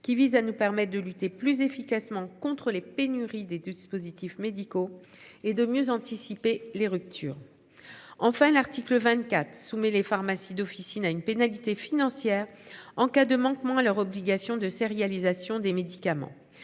qui visent à nous permettent de lutter plus efficacement contre les pénuries des de dispositifs médicaux et de mieux anticiper les ruptures. Enfin, l'article 24 soumet les pharmacies d'officine à une pénalité financière en cas de manquement à leur obligation de sérialisation des médicaments.